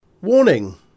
Warning